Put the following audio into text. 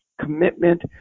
commitment